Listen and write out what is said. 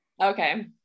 Okay